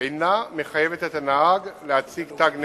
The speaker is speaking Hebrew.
אינה מחייבת את הנהג להציג תג נכה.